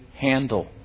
handle